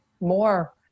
more